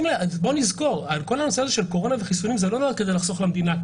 בואו נזכור כל הנושא של קורונה וחיסונים לא נועד כדי